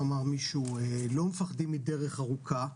איך אמר מישהו, לא מפחדים מדרך ארוכה,